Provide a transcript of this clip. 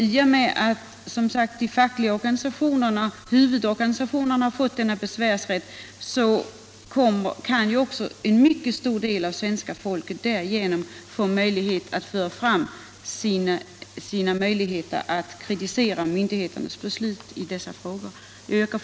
I och med att de fackliga huvudorganisationerna har fått besvärsrätt kan också en mycket stor del av svenska folket därigenom få möjlighet att föra fram kritik mot myndigheternas beslut i dessa frågor. Herr talman!